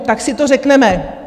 Tak si to řekneme.